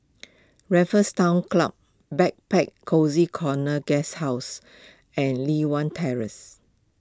Raffles Town Club Backpacker Cozy Corner Guesthouse and Li Hwan Terrace